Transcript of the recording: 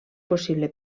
possible